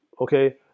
okay